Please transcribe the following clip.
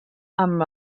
amb